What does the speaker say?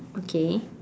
okay